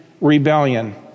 Rebellion